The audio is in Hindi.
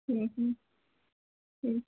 ठीक है ठीक